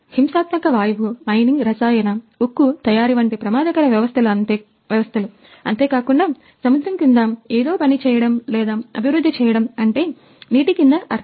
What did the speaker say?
హింసాత్మక వాయువు మైనింగ్ రసాయన ఉక్కు తయారీ వంటి ప్రమాదకర వ్యవస్థలు అంతే కాకుండా సముద్రం క్రింద ఏదో పని చేయడం లేదా అభివృద్ధి చేయడం అంటే నీటి కింద అర్థం